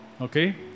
Okay